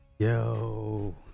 Yo